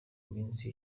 minsi